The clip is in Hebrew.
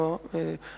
אדוני היושב-ראש,